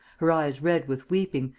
her eyes red with weeping,